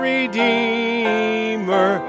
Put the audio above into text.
Redeemer